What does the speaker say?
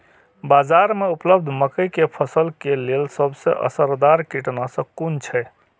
बाज़ार में उपलब्ध मके के फसल के लेल सबसे असरदार कीटनाशक कुन छै?